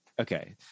Okay